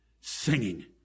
Singing